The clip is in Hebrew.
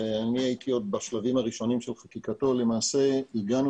ואני הייתי עוד בשלבים הראשונים של חקיקתו למעשה הגענו